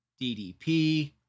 DDP